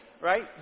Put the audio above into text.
right